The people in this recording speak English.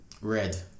red